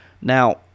Now